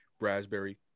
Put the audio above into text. raspberry